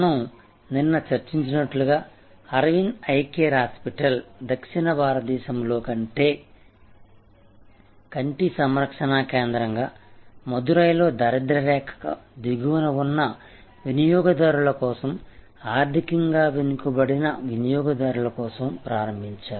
మనం నిన్న చర్చించినట్లుగా అరవింద్ ఐ కేర్ హాస్పిటల్ దక్షిణ భారతదేశంలో కంటి సంరక్షణ కేంద్రంగా మదురైలో దారిద్య రేఖ దిగువన ఉన్న వినియోగదారుల కోసం ఆర్థికంగా వెనుకబడిన వినియోగదారుల కోసం ప్రారంభించారు